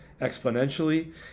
exponentially